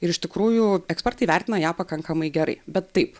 ir iš tikrųjų ekspertai vertino ją pakankamai gerai bet taip